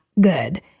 good